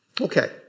Okay